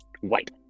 White